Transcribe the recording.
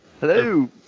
Hello